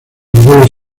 abuelos